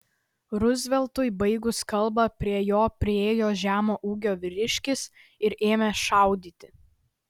ruzveltui baigus kalbą prie jo priėjo žemo ūgio vyriškis ir ėmė šaudyti